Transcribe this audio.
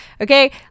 Okay